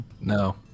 no